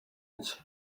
nshya